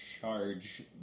charge